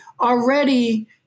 already